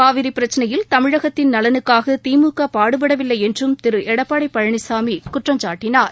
காவிரி பிரச்சினையில் தமிழகத்தின் நலனுக்காக திமுக பாடுபடவில்லை என்றும் திரு எடப்பாடி பழனிசாமி குற்றம் சாட்டினார்